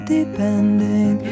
depending